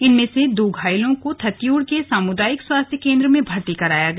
इनमें से दो घायलों को थत्यूड के सामुदायिक स्वास्थ्य केंद्र में भर्ती कराया गया